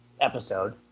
episode